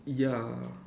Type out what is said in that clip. ya